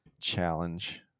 challenge